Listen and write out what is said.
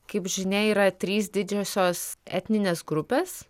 kaip žinia yra trys didžiosios etninės grupės